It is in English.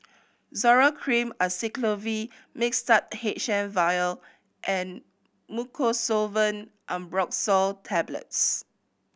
Zoral Cream Acyclovir Mixtard H M Vial and Mucosolvan Ambroxol Tablets